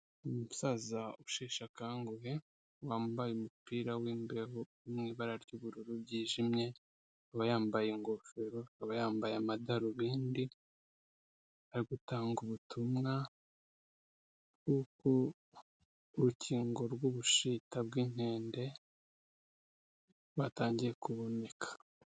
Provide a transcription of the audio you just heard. Umusaza usheshe akanguhe wambaye umupira w'imbeho uri mu ibara ry'ubururu ryijimye, akaba yambaye ingofero, akaba yambaye amadarubindi, ari gutanga ubutumwa bw'uko urukingo rw'ubushita bw'inkende rwatangiye kuboneka.